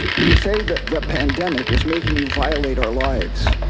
you say that the pandemic is making you violate our lives.